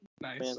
nice